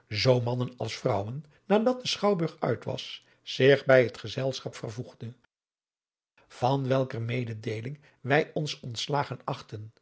zoo mannen als vrouwen nadat de schouwburg uit was zich bij het gezelschap vervoegde van welker mededeeling wij ons ontslagen achten